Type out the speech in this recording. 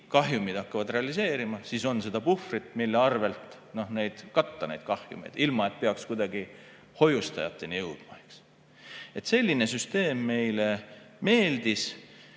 krediidikahjumid hakkavad realiseeruma, siis on puhvrit, mille arvel katta kahjumeid, ilma et peaks kuidagi hoiustajateni jõudma. Selline süsteem meile meeldis.